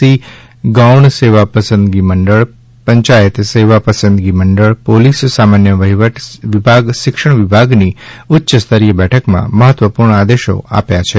C ગૌણ સેવા પસંદગી મંડળ પંચાયત સેવા પસંદગી મંડળ પોલીસ સામાન્ય વહિવટ વિભાગ શિક્ષણ વિભાગની ઉચ્યસ્તરીય બેઠકમાં મહત્વપૂર્ણ આદેશો આપ્યા છે